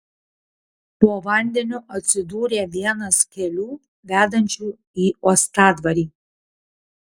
po vandeniu atsidūrė vienas kelių vedančių į uostadvarį